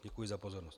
Děkuji za pozornost.